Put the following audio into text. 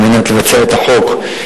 כדי לבצע את החוק,